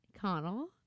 Connell